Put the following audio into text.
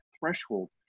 threshold